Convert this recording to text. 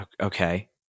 Okay